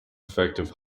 effective